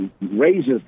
raises